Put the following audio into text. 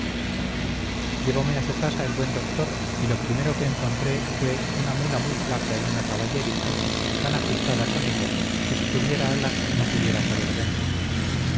llevóme a su casa el buen doctor y lo primero que encontré fué una mula muy flaca en una caballeriza tan ajustada con ella que si tuviera alas no pudiera caber dentro